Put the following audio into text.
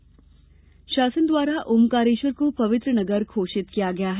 ओंकारेश्वर शासन द्वारा ओंकारेश्वर को पवित्र नगर घोषित किया गया है